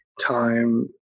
time